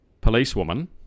policewoman